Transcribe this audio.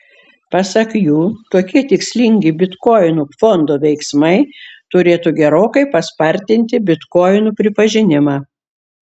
pasak jų tokie tikslingi bitkoinų fondo veiksmai turėtų gerokai paspartinti bitkoinų pripažinimą